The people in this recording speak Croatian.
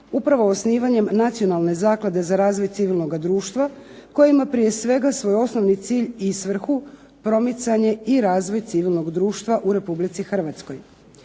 upravo osnivanje Nacionalne zaklade za razvoj civilnog društva koja ima prije svega svoj osnovni cilj i svrhu promicanje i razvoj civilnog društva u Republici Hrvatskoj.